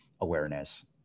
awareness